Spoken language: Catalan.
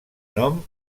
nom